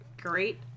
great